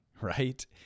right